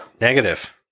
Negative